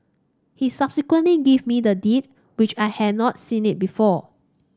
he subsequently gave me the Deed which I had not seen it before